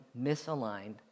misaligned